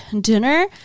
dinner